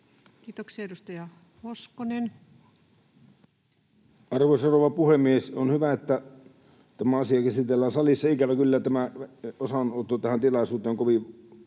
Kiitoksia. — Edustaja Hoskonen. Arvoisa rouva puhemies! On hyvä, että tämä asia käsitellään salissa. Ikävä kyllä osanotto tähän tilaisuuteen on kovin